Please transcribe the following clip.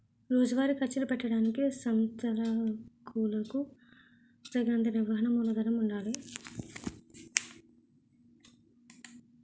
రోజువారీ ఖర్చులు పెట్టడానికి సంస్థలకులకు తగినంత నిర్వహణ మూలధనము ఉండాలి